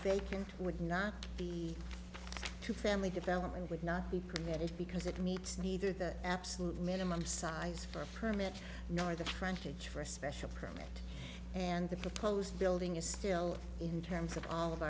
vacant would not be to family development would not be permitted because it meets neither the absolute minimum size for a permit nor the frontage for a special permit and the proposed building is still in terms of all of